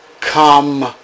Come